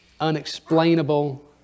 unexplainable